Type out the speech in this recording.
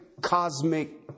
cosmic